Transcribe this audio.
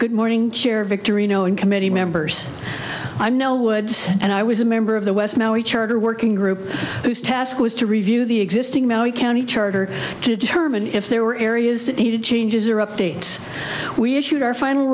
good morning chair victory no in committee members i know woods and i was a member of the west maui charter working group whose task was to review the existing county charter to determine if there were areas that needed changes or updates we issued our final